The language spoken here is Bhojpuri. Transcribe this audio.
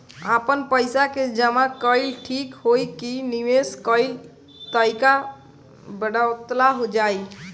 आपन पइसा के जमा कइल ठीक होई की निवेस कइल तइका बतावल जाई?